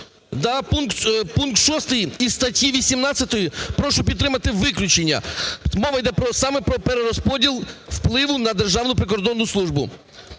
пункт 6 із статті 18. Прошу підтримати виключення. Мова йде саме про перерозподіл впливу на Державну прикордонну службу.